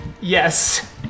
Yes